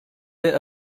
bit